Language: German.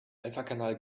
alphakanal